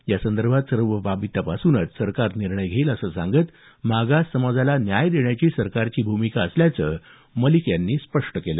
यासंदर्भात सर्व बाबी तपासूनच सरकार निर्णय घेईल असं सांगत मागास समाजाला न्याय देण्याची सरकारची भूमिका असल्याचं मलिक यांनी स्पष्ट केलं